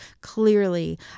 clearly